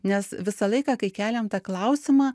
nes visą laiką kai keliam tą klausimą